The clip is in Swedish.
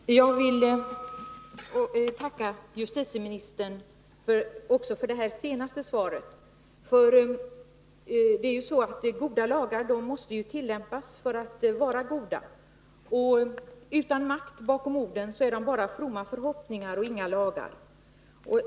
Herr talman! Jag vill tacka justitieministern också för det svaret. Goda lagar måste tillämpas för att vara goda. Utan makt bakom orden är de bara fromma förhoppningar och inga lagar.